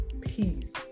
peace